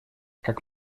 как